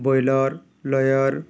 broiler lawyer